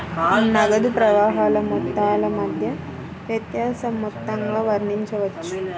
నగదు ప్రవాహాల మొత్తాల మధ్య వ్యత్యాస మొత్తంగా వర్ణించవచ్చు